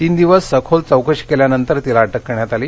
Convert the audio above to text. तीन दिवस सखोल चौकशी केल्यानंतर तिला अटक करण्यात आली